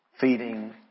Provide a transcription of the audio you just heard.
feeding